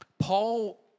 Paul